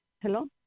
Hello